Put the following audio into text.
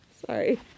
sorry